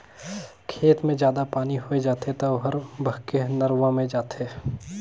खेत मे जादा पानी होय जाथे त ओहर बहके नरूवा मे जाथे